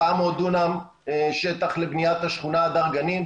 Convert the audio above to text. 400 דונם שטח לבניית השכונה הדר גנים.